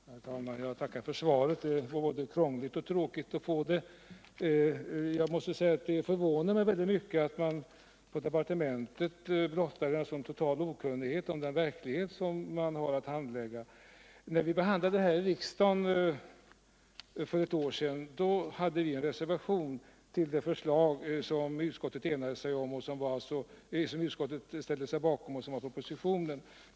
Herr talman! Jag tackar för svaret. Det var både krångligt och tråkigt att få. Det förvånar mig mycket att man på departementet blottar en så total okunnighet om den verklighet man har att handlägga. När riksdagen behandlade den här frågan för ett år sedan hade vi en reservation till det förslag som utskottet ställde sig bakom och som var propositionens.